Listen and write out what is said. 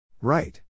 Right